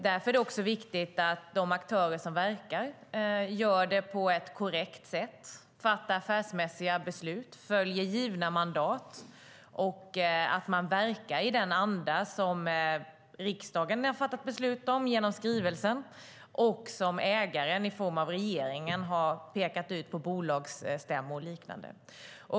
Därför är det också viktigt att de aktörer som verkar gör det på ett korrekt sätt, att de fattar affärsmässiga beslut, följer givna mandat och verkar i den anda som riksdagen fattat beslut om genom skrivelsen och som ägaren i form av regeringen har pekat ut på bolagsstämmor och liknande.